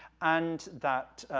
and that,